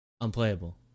Unplayable